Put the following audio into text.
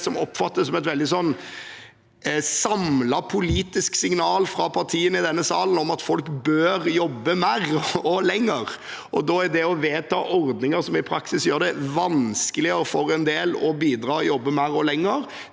som oppfattes som et veldig samlet politisk signal fra partiene i denne salen om at folk bør jobbe mer og lenger. Det å vedta ordninger som i praksis gjør det vanskeligere for en del å bidra og jobbe mer og lenger,